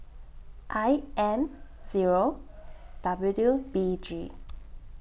I M Zero W B G